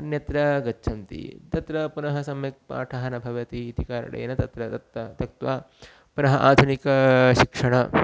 अन्यत्र गच्छन्ति तत्र पुनः सम्यक् पाठः न भवति इति कारणेन तत्र तत् ता त्यक्त्वा पुनः आधुनिक शिक्षण